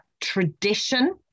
tradition